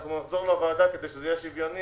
אנחנו נחזור לוועדת הכלכלה כדי שזה יהיה שוויוני,